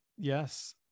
yes